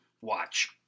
watch